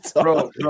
bro